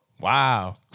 Wow